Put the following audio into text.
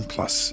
Plus